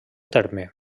terme